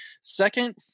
Second